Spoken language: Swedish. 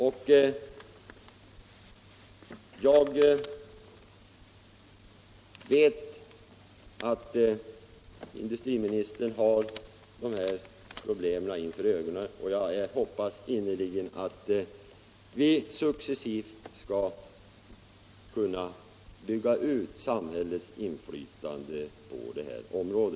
Jag vet att industriministern har dessa problem för ögonen och jag hoppas innerligt att vi successivt skall kunna bygga ut samhällets inflytande på detta område.